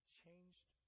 changed